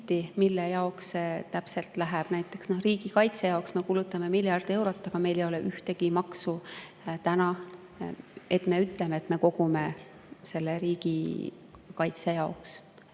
mille jaoks see täpselt läheb. Näiteks riigikaitse jaoks me kulutame miljard eurot, aga meil ei ole täna ühtegi maksu, mille kohta me ütleme, et me kogume seda riigikaitse jaoks.